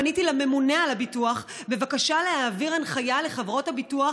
פניתי לממונה על הביטוח בבקשה להעביר הנחיה לחברות הביטוח